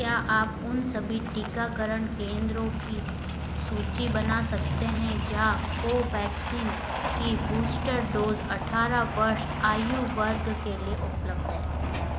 क्या आप उन सभी टीकाकरण केंद्रों की सूची बना सकते हैं जहाँ कोवैक्सीन की बूस्टर डोज़ अठारह वर्ष आयु वर्ग के लिए उपलब्ध है